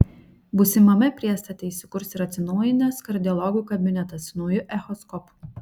būsimame priestate įsikurs ir atsinaujinęs kardiologų kabinetas su nauju echoskopu